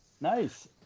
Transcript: Nice